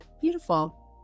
beautiful